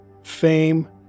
fame